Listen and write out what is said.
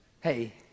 Hey